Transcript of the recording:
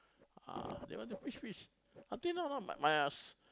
they want to fish fish until now my